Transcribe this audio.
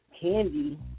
Candy